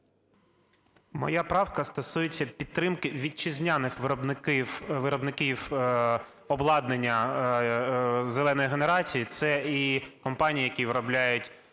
Моя правка стосується підтримки вітчизняних виробників обладнання "зеленої" генерації. Це і компанії, які виробляють